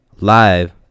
live